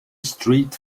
street